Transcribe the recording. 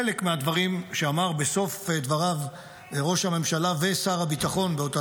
חלק מהדברים שאמר בסוף דבריו ראש הממשלה ושר הביטחון באותה